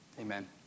Amen